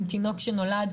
אם תינוק שנולד,